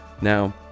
Now